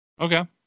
Okay